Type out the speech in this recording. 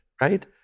right